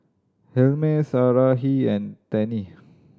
Helmer Sarahi and Tennie